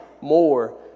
more